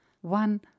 One